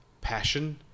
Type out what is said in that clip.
passion